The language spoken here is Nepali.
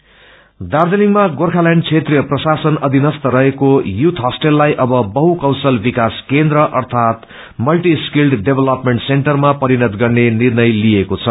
पूर्व होस्टल दार्जीलिङमा गोर्खाल्याण्ड क्षेत्रिय प्रशासन अधिनस्थ रहेको युथ होस्टललाई अव बहु कौशल विकास केन्द्र अर्थात मल्टी रिकल्ड डेभलोप्मेन्ट सेन्टरमा परिषत गर्ने निर्णय तिइएको छ